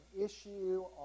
issue